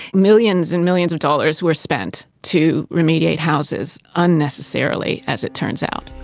millions and millions of dollars were spent to remediate houses, unnecessarily as it turns out.